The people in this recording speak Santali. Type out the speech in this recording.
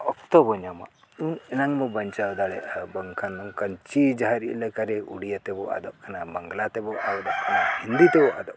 ᱚᱠᱛᱚ ᱵᱚ ᱧᱟᱢᱟ ᱤᱧ ᱮᱱᱟᱝ ᱵᱚ ᱵᱟᱧᱪᱟᱣ ᱫᱟᱲᱮᱭᱟᱜᱼᱟ ᱵᱟᱝᱠᱷᱟᱱ ᱱᱚᱝᱠᱟᱱ ᱪᱤ ᱡᱟᱦᱮᱨ ᱮᱠᱟᱨᱮ ᱳᱰᱤᱭᱟ ᱛᱮᱵᱚ ᱟᱫᱚᱜ ᱠᱟᱱᱟ ᱵᱟᱝᱞᱟ ᱛᱮᱵᱚ ᱟᱫᱚᱜ ᱠᱟᱱᱟ ᱦᱤᱱᱫᱤ ᱛᱮᱵᱚ ᱟᱫᱚᱜ ᱠᱟᱱᱟ